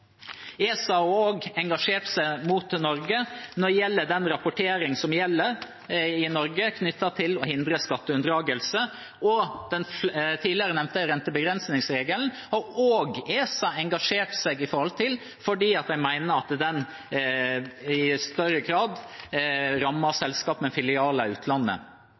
ESA har også engasjert seg mot Norge når det gjelder den rapportering som gjelder i Norge knyttet til å hindre skatteunndragelse, og den tidligere nevnte rentebegrensningsregelen har også ESA engasjert seg i, fordi de mener at den i større grad rammer selskap med filialer i utlandet.